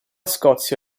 scozia